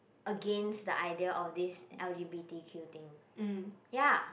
against the idea of this L_G_B_T_Q thing ya